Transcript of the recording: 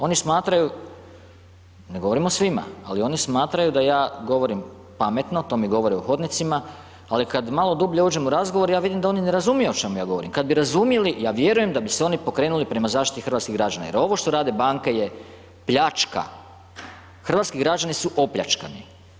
Oni smatraju, ne govorim o svima, ali oni smatraju da ja govorim pametno, to mi govore u hodnicima, ali kad malo dublje uđem u razgovor, ja vidim da oni ne razumiju o čemu ja govorim, kad bi razumjeli, ja vjerujem da bi se oni pokrenuli prema zaštiti hrvatskih građana, jer ovo što rade banke je pljačka, hrvatski građani su opljačkani.